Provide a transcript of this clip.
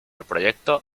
proyecto